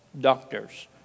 doctors